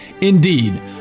indeed